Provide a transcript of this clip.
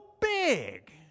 big